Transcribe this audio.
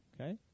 okay